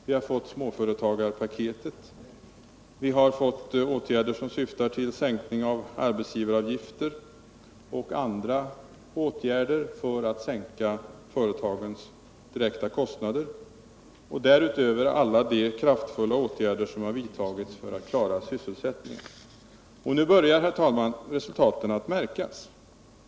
Vi har fått småföretagarpaketet. Vi har fått åtgärder som syftar till sänkning av arbetsgivaravgifter och andra åtgärder för att sänka företagens direkta kostnader, utöver alla de kraftfulla åtgärder som har vidtagits för att klara sysselsättningen. Nu börjar, herr talman, resultaten att märkas.